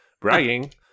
bragging